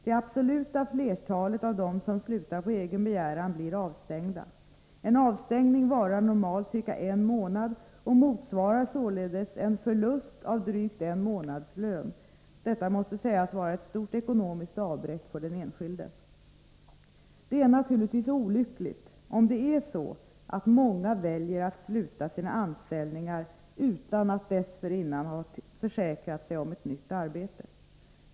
Det absoluta flertalet av dem som slutar på egen begäran blir avstängda. En avstängning varar normalt ca en månad och motsvarar således en förlust av drygt en månadslön. Detta måste sägas vara ett stort ekonomiskt avbräck för den enskilde. Det är naturligtvis olyckligt om det är så att många väljer att sluta sina anställningar utan att dessförinnan ha försäkrat sig om nytt arbete.